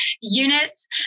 units